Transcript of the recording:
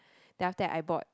then after that I bought